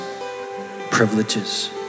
privileges